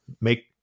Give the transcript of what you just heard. make